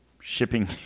shipping